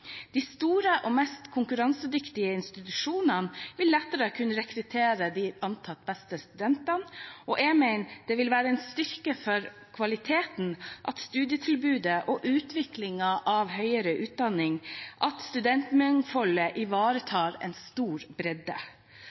De store og mest konkurransedyktige institusjonene vil lettere kunne rekruttere de antatt beste studentene. Jeg mener det vil være en styrke for kvaliteten på studietilbudet og utviklingen av høyere utdanning at studentmangfoldet ivaretar en stor bredde.